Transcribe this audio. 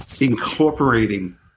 incorporating